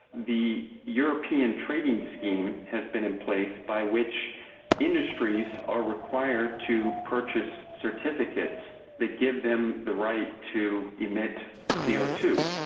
the european trading scheme has been in place by which industries are required to purchase certificates that give them the right to emit c o two.